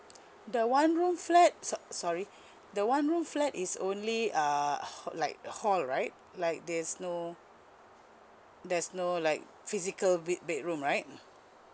the one room flat sor~ sorry the one room flat is only uh ha~ like hall right like there's no there's no like physical bed bedroom right